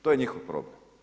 To je njihov problem.